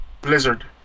Blizzard